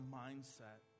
mindset